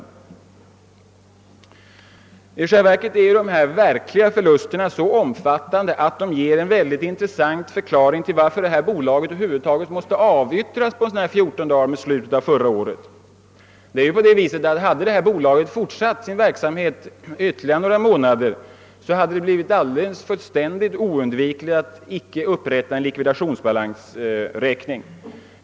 I själva verket är de verkliga förlusterna så omfattande att de ger en synnerligen intressant förklaring till att bolaget i fråga måste avyttras på fjorton dagar i slutet av förra året. Hade bolaget fortsatt sin verksamhet ytterligare några månader, skulle det ha blivit oundvikligt att upprätta en likvidationsbalansräkning.